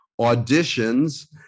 auditions